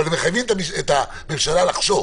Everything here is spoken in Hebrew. אבל מחייבים את הממשלה לחשוב